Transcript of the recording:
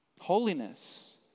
Holiness